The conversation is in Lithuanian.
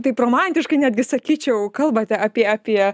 taip romantiškai netgi sakyčiau kalbate apie apie